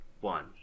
one